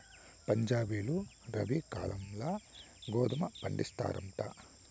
పంజాబీలు రబీ కాలంల గోధుమ పండిస్తారంట